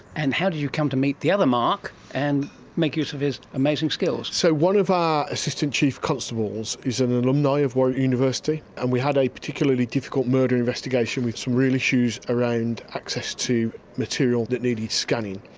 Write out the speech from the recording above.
and how did you come to meet the other mark and make use of his amazing skills? so one of our assistant chief constables is an alumni of warwick university, and we had a particularly difficult murder investigation with some real issues around access to material that needed scanning.